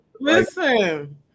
listen